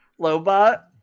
Lobot